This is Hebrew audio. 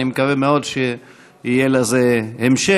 אני מקווה מאוד שיהיה לזה המשך.